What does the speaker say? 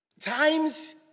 Times